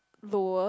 lower